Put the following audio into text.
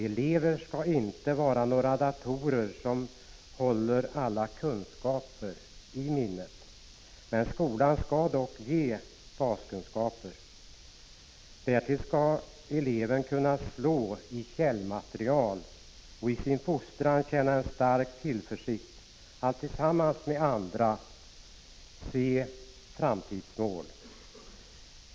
Eleven skall inte vara någon dator som håller alla kunskaper i minnet, men skolan skall dock ge baskunskaper. Därtill skall eleven kunna slå i källmaterial och i sin fostran känna en stark tillförsikt att tillsammans med andra se framtidsmål.